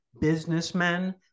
businessmen